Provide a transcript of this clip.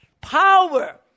power